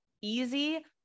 easy